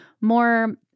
more